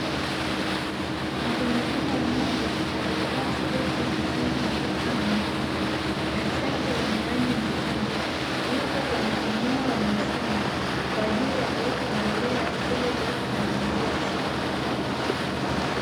Mtu mzima mmoja aliyevaa sketi yenye rangi nyeupe na nyeusi na shati lenye rangi nyekundu, yupo kwenye eneo la mashamba kwa ajili ya kuweka mbolea ili kuweka mazingira safi.